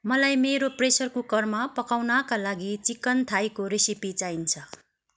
मलाई मेरो प्रेसर कुकरमा पकाउनाका लागि चिकेन थाईको रेसिपी चाहिन्छ